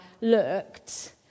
looked